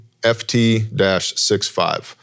FT-65